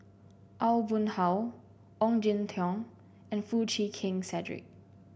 Aw Boon Haw Ong Jin Teong and Foo Chee Keng Cedric